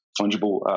fungible